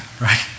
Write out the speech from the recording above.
right